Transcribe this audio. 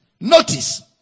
Notice